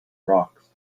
rocks